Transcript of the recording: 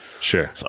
Sure